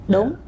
Đúng